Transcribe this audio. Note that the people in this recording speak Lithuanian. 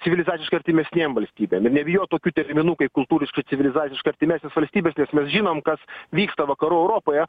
civilizaciškai artimesnėm valstybėm ir nebijot tų terminų kaip kultūriškai civilizacijškai artimesnės valstybės nes mes žinome kas vyksta vakarų europoje